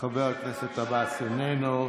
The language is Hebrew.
חבר הכנסת עבאס, איננו,